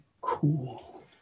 cool